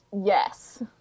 yes